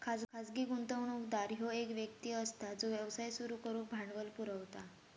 खाजगी गुंतवणूकदार ह्यो एक व्यक्ती असता जो व्यवसाय सुरू करुक भांडवल पुरवता